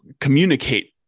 communicate